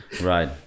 Right